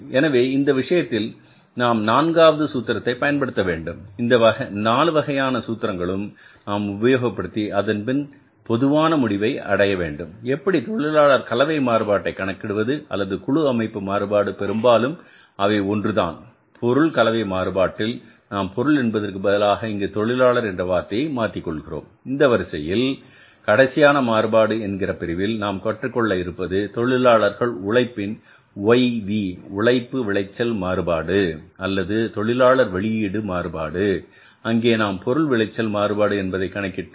எனவே இந்த விஷயத்தில் நாம் நான்காவது சூத்திரத்தை பயன்படுத்த வேண்டும் இந்த 4 வகையான சூத்திரங்களும் நாம் உபயோகப்படுத்தி அதன்பின் பொதுவான முடிவை அடையவேண்டும் எப்படி தொழிலாளர் கலவை மாறுபாட்டை கணக்கிடுவது அல்லது குழு அமைப்பு மாறுபாடு பெரும்பாலும் அவை ஒன்றுதான் பொருள் கலவை மாறுபாட்டில் நாம் பொருள் என்பதற்குப் பதிலாக இங்கே தொழிலாளர்கள் என்ற வார்த்தையை மாற்றிக் கொள்கிறோம் இந்த வரிசையில் கடைசியான மாறுபாடு என்கிற பிரிவில் நாம் கற்றுக் கொள்ள இருப்பது தொழிலாளர் உழைப்பின் YV உழைப்பு விளைச்சல் மாறுபாடு அல்லது தொழிலாளர் வெளியீடு மாறுபாடு அங்கே நாம் பொருள் விளைச்சல் மாறுபாடு என்பதை கணக்கிடடோம்